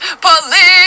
Police